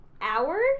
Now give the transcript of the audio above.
hours